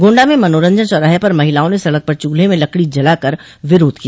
गोंडा में मनोरंजन चौराहे पर महिलाआ ने सड़क पर चूल्हें में लकड़ी जलाकर विरोध किया